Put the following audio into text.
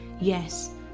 Yes